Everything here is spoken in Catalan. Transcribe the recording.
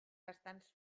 bastants